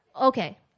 Okay